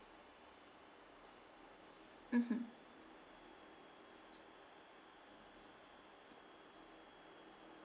mmhmm